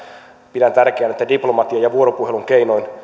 pidän tärkeänä että diplomatian ja vuoropuhelun keinoin